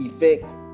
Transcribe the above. effect